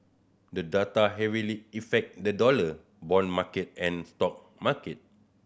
the data heavily effect the dollar bond market and stock market